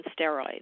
steroids